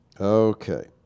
Okay